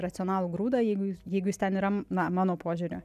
racionalų grūdą jeigu jeigu jis ten yra na mano požiūriu